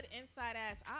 inside-ass